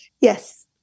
Yes